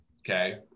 Okay